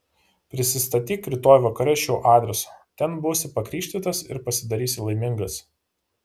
prisistatyk rytoj vakare šiuo adresu ten būsi pakrikštytas ir pasidarysi laimingas